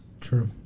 True